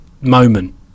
moment